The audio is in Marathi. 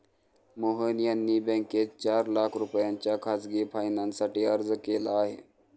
मोहन यांनी बँकेत चार लाख रुपयांच्या खासगी फायनान्ससाठी अर्ज केला आहे